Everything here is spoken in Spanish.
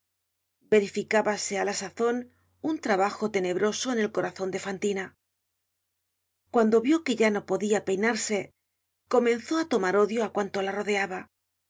verificábase á la sazon un trabajo tenebroso en el corazon de fantina cuando vió que ya no podia peinarse comenzó á tomar odio á cuanto la rodeaba